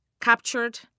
Captured